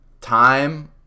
time